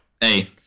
Hey